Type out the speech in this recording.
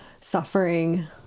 suffering